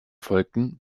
folgten